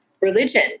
religion